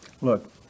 Look